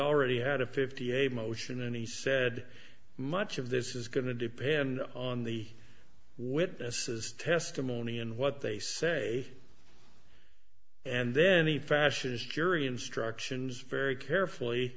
already had a fifty a motion and he said much of this is going to depend on the witnesses testimony and what they say and then the fascist jury instructions very carefully